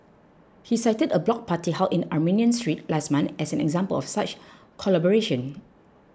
he cited a block party held in Armenian Street last month as an example of such collaboration